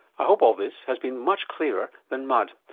i hope all this has been much clearer than mud.